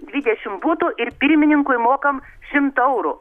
dvidešimt butų ir pirmininkui mokam šimtą eurų